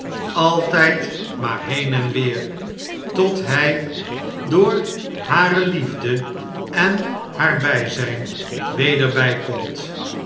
altjjd maar heen en weer tot hjj door hare liefde en haar bjjzijn weder bykomt